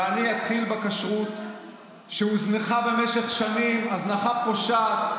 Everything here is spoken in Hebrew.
ואני אתחיל בכשרות שהוזנחה במשך שנים הזנחה פושעת,